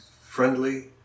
friendly